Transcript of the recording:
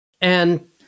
And-